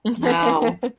Wow